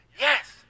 Yes